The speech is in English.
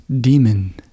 Demon